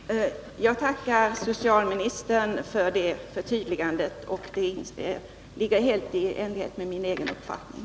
Herr talman! Jag tackar socialministern för förtydligandet. Vad som sagts är helt i enlighet med min egen uppfattning.